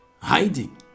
Hiding